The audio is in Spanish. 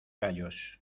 gallos